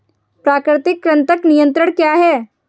प्राकृतिक कृंतक नियंत्रण क्या है?